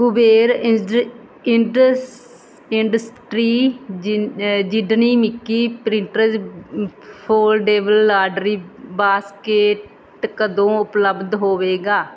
Kuber industries Disney Mickey printed foldable laundry basket ਕਦੋਂ ਉਪਲੱਬਧ ਹੋਵੇਗਾ